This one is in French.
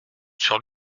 sur